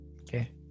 Okay